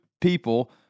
people